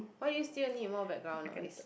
why do you still need more background noise